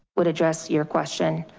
would address your question.